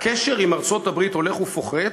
"הקשר עם ארצות-הברית הולך ופוחת.